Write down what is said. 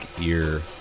ear